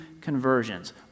conversions